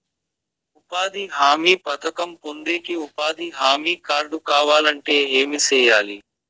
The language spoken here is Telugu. ఉపాధి హామీ పథకం పొందేకి ఉపాధి హామీ కార్డు కావాలంటే ఏమి సెయ్యాలి?